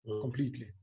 completely